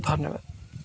ଧନ୍ୟବାଦ